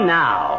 now